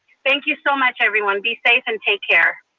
thank you so much, everyone be safe and take care.